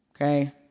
okay